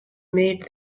made